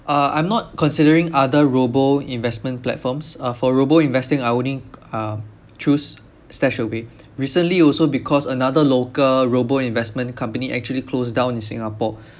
uh I'm not considering other robo investment platforms uh for robo investing I only uh choose stashaway recently also because another local robo investment company actually closed down in singapore